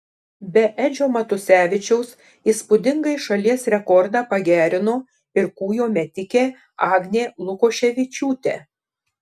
be edžio matusevičiaus įspūdingai šalies rekordą pagerino ir kūjo metikė agnė lukoševičiūtė